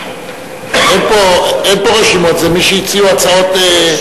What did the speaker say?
אין פה רשימות, זה מי שהציעו הצעות.